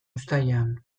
uztailean